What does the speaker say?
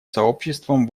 сообществом